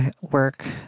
work